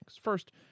First